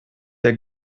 der